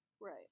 Right